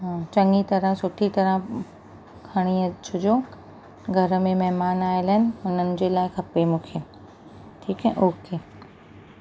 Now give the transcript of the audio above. चङी तरह सुठी तरह खणी अचिजो घर में महिमान आयल आहिनि हुननि जे लाइ खपे मूंखे ठीकु आहे ओके